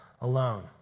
alone